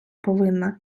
повинна